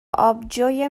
آبجوی